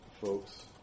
folks